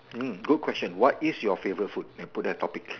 eh good question what is your favourite food and put that topic